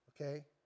Okay